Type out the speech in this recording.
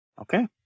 Okay